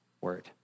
word